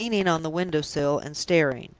leaning on the window-sill, and staring,